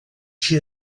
she